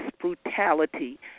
brutality